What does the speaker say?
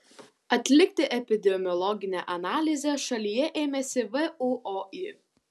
atlikti epidemiologinę analizę šalyje ėmėsi vuoi